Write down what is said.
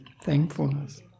thankfulness